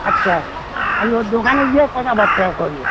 আচ্ছা আমি ওর দোকানে গিয়ে কথাবার্তা করব